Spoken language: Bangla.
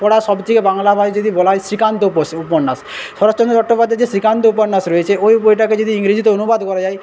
পড়া সবথেকে বাংলা যদি বলা হয় শ্রীকান্ত উপস উপন্যাস শরৎচন্দ্র চট্টোপাধ্যায়ের যে শ্রীকান্ত উপন্যাস রয়েছে ওই বইটাকে যদি ইংরেজিতে অনুবাদ করা যায়